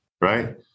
Right